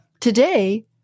Today